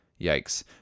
Yikes